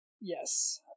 Yes